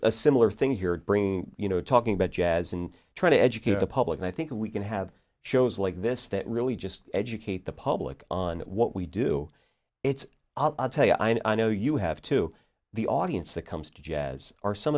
a similar thing here to bring you know talking about jazz and trying to educate the public i think we can have shows like this that really just educate the public on what we do it's i'll tell you i know you have to the audience that comes to jazz are some